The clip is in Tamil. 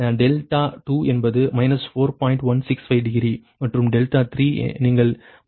165 டிகிரி மற்றும் 3 நீங்கள் 3